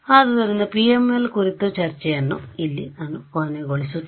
ಆದುದರಿಂದ PML ಕುರಿತ ಚರ್ಚೆಯು ಕೊನೆಗೊಳ್ಳುತ್ತದೆ